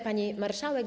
Pani Marszałek!